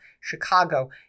Chicago